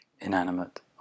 inanimate